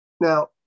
Now